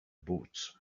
boots